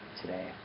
today